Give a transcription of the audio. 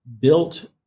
built